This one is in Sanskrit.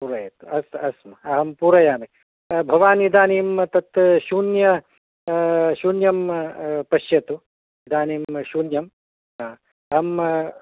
पूरयतु अस्तु अस्तु अहं पूरयामि भवान् इदानीं तत् शून्य शून्यं पश्यतु इदानीं शून्यम् अहम्